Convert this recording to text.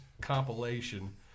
compilation